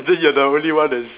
because you're the only one that's